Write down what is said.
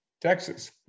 Texas